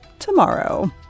tomorrow